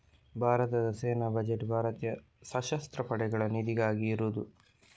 ಭಾರತದ ಸೇನಾ ಬಜೆಟ್ ಭಾರತೀಯ ಸಶಸ್ತ್ರ ಪಡೆಗಳ ನಿಧಿಗಾಗಿ ಇರುದು